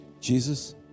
Jesus